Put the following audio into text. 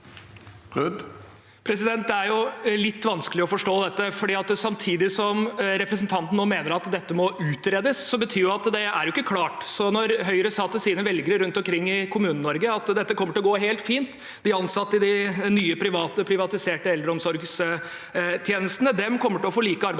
(A) Det er litt vanskelig å forstå dette, for samtidig som representanten nå mener at dette må utredes, betyr det jo at det ikke er klart. Høyre sa til sine velgere rundt omkring i KommuneNorge at dette kommer til å gå helt fint, at de ansatte i de nye privatiserte eldreomsorgstjenestene kommer til å få like arbeidsvilkår.